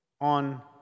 on